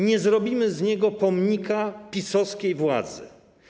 Nie zrobimy z niego pomnika PiS-owskiej władzy.